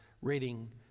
reading